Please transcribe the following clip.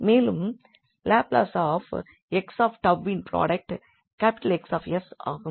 மேலும் Laplace of 𝑥𝜏 இன் product 𝑋𝑠 ஆகும்